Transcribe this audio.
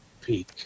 peak